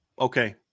okay